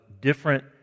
different